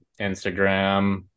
instagram